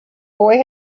boy